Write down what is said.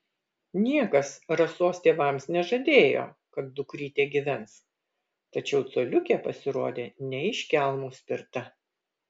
niekas rasos tėvams nežadėjo kad dukrytė gyvens tačiau coliukė pasirodė ne iš kelmo spirta